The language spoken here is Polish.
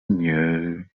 nie